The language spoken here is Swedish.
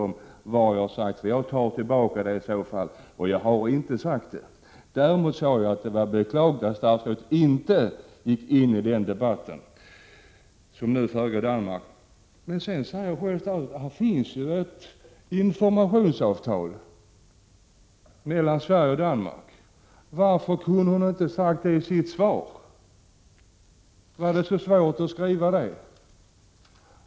Jag tar i så fall tillbaka det, men jag har inte sagt det. Däremot sade jag att det var beklagligt att statsrådet inte gick in i den debatt som nu pågår i Danmark. Sedan säger statsrådet själv att det finns ett informationsavtal mellan Sverige och Danmark. Varför kunde hon inte säga det i sitt svar? Var det så svårt att skriva detta?